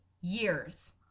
years